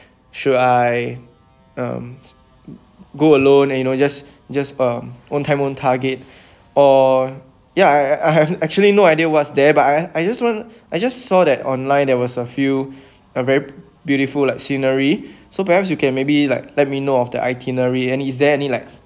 should I um go alone and you know just just um own time own target or ya I I I have actually no idea what's there but I I just want I just saw that online there was a few a very beautiful like scenery so perhaps you can maybe like let me know of the itinerary and is there any like